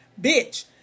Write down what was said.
Bitch